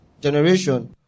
generation